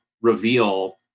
reveal